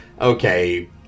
okay